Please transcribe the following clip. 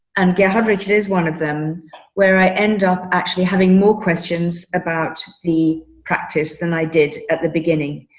and gavrik, it is one of them where i end up actually having more questions about the practice than i did at the beginning.